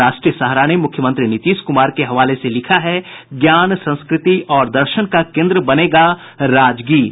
राष्ट्रीय सहारा ने मुख्यमंत्री नीतीश कुमार के हवाले से लिखा है ज्ञान संस्कृति और दर्शन का केन्द्र बनेगा राजगीर